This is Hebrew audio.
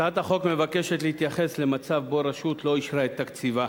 הצעת החוק מבקשת להתייחס למצב שבו רשות לא אישרה את תקציבה